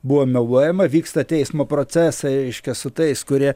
buvo meluojama vyksta teismo procesai reiškia su tais kurie